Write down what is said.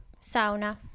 sauna